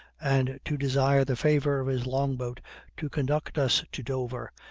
and to desire the favor of his long-boat to conduct us to dover,